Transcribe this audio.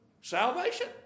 salvation